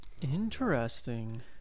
interesting